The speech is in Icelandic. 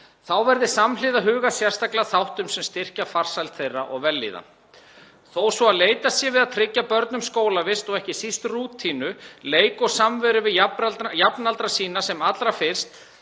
Þá verði samhliða hugað sérstaklega að þáttum sem styrkja farsæld þeirra og vellíðan. Þó svo að leitast sé við að tryggja börnum skólavist og ekki síst rútínu, leik og samveru við jafnaldra sína sem allra fyrst,